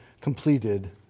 completed